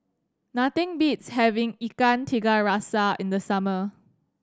nothing beats having Ikan Tiga Rasa in the summer